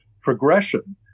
progression